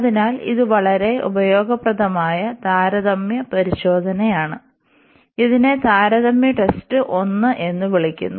അതിനാൽ ഇത് വളരെ ഉപയോഗപ്രദമായ താരതമ്യ പരിശോധനയാണ് ഇതിനെ താരതമ്യ ടെസ്റ്റ് 1 എന്ന് വിളിക്കുന്നു